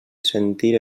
sentir